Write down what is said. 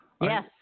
Yes